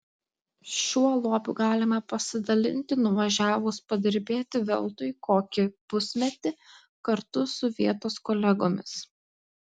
šiuo lobiu galima pasidalinti nuvažiavus padirbėti veltui kokį pusmetį kartu su vietos kolegomis